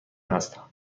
هستم